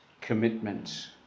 commitment